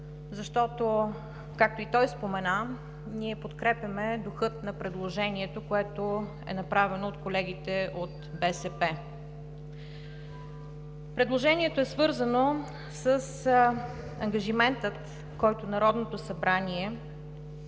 защото, както и той спомена, ние подкрепяме духа на предложението, направено от колегите от БСП. Предложението е свързано с ангажимента, който Народното събрание